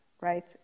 Right